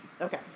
Okay